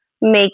make